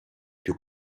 più